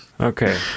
Okay